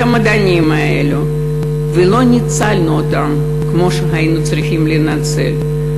המדענים האלה ולא ניצלנו אותם כמו שהיינו צריכים לנצל.